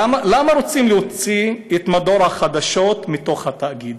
למה רוצים להוציא את מדור החדשות מתוך התאגיד?